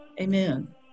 Amen